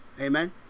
Amen